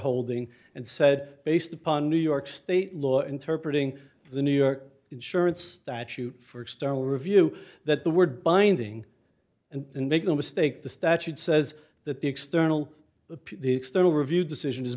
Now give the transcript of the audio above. holding and said based upon new york state law interpret ing the new york insurance statute for external review that the word binding and make no mistake the statute says that the external external review decision